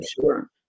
sure